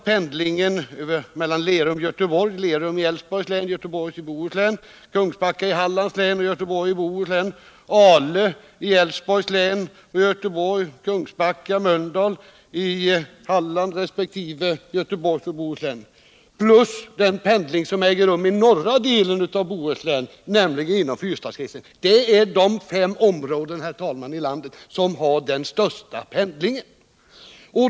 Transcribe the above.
Pendlingen mellan Lerum i Älvsborgs län och Göteborg, mellan Kungsbacka i Hallands län och Göteborg, mellan Ale i Älvsborgs län och Göteborg samt mellan Kungsbacka och Mölndal i Halland resp. Göteborgs och Bohus län plus den pendling som äger rum i norra delen av Bohuslän — nämligen inom det s.k. fyrstadsområdet — är de fem områden i landet, herr talman, som har den största pendlingen.